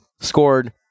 scored